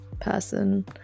person